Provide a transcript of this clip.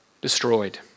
destroyed